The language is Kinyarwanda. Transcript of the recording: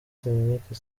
dominique